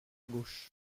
gauche